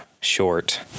short